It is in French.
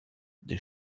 des